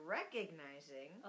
recognizing